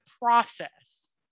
process